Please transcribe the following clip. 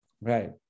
Right